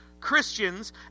Christians